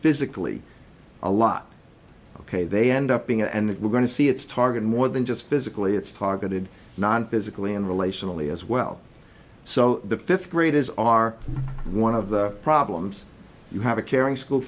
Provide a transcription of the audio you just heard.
physically a lot ok they end up being and we're going to see it's target more than just physically it's targeted non physically and relationally as well so the fifth graders are one of the problems you have a caring school